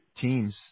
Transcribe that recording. teams